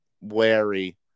wary